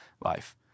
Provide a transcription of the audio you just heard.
life